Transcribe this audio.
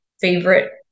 favorite